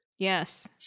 Yes